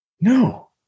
No